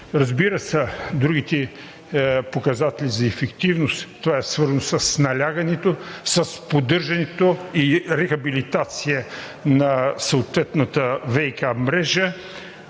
Разбира се, другите показатели за ефективност – това е свързано с налягането, с поддържането и рехабилитацията на съответната ВиК мрежа.